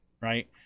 right